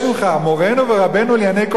מורנו ורבנו לענייני קומוניזם,